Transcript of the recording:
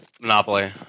monopoly